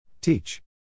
Teach